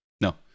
No